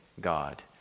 God